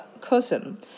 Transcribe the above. cousin